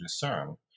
discern